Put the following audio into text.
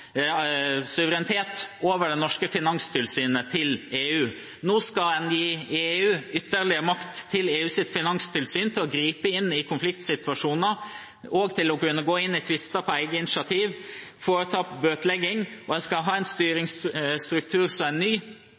suverenitet over det norske finanstilsynet til EU. Nå skal en gi EUs finanstilsyn ytterligere makt til å gripe inn i konfliktsituasjoner, til å kunne gå inn i tvister på eget initiativ og å foreta bøtelegging. En skal ha en styringsstruktur som er ny,